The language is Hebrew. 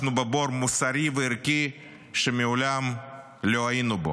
אנחנו בבור מוסרי וערכי שמעולם לא היינו בו.